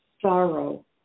sorrow